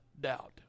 doubt